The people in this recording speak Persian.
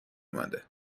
اومده